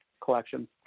collection